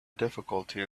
difficulties